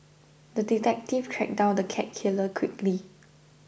the detective tracked down the cat killer quickly